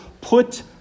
put